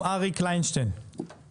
אריק,